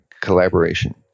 collaboration